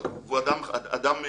הוא אדם חרדי,